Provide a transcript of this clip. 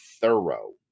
thorough